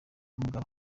mugabe